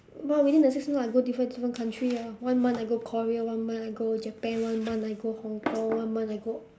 what within the six month I go different different country ah one month I go korea one month I go japan one month I go hong-kong one month I go